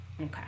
Okay